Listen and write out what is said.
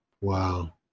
Wow